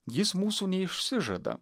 jis mūsų neišsižada